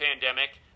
pandemic